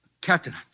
Captain